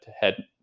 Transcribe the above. head